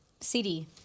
CD